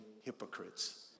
hypocrites